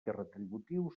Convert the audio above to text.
retributiu